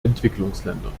entwicklungsländern